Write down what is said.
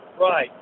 Right